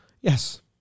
Yes